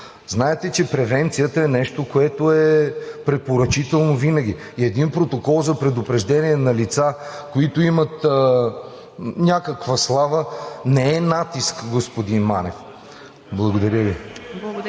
знаете, че превенцията е нещо, което е препоръчително винаги. Един протокол за предупреждения на лица, които имат някаква слава, не е натиск, господин Манев. Благодаря Ви.